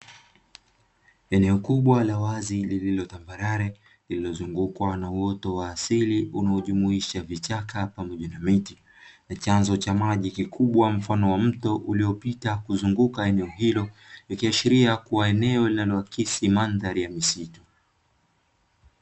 Eneo kubwa la wazi lililo tambarare lililozungukwa na uoto wa asili unajumuisha vicha pamoja na miti, ni chanzo cha maji mfano wa mto uliopita kuzunguka eneo hilo ikiashiria kuwa eneo yanaloakisi madhari ya misitu.